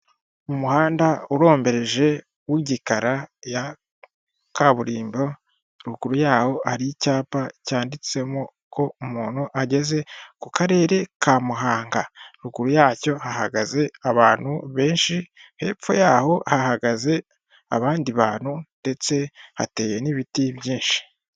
Umuhanda urombereje w'igikara ya kaburimbo haruguru yaho hari icyapa cyanditsemo ko umuntu ageze ku karere ka muhanga ruguru yacyo hahagaze abantu benshi hepfo yaho hagaze abandi bantu ndetse hateye n'ibiti byinshi.